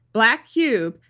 black cube,